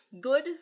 good